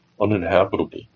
uninhabitable